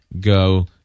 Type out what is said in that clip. go